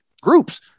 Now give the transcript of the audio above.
groups